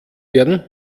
werden